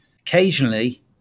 Occasionally